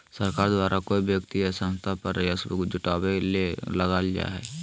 सरकार द्वारा कोय व्यक्ति या संस्था पर राजस्व जुटावय ले लगाल जा हइ